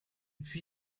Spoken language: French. puy